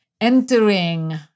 entering